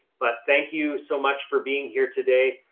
but thank you so much for being here today.